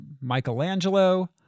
Michelangelo